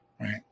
right